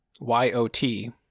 Y-O-T